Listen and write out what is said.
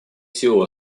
силу